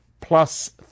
plus